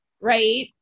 right